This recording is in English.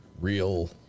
real